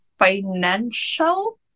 financial